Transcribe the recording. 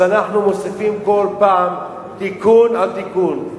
אנחנו מוסיפים כל פעם תיקון על תיקון.